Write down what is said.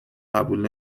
قبول